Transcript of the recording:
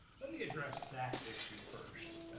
let me address that issue first,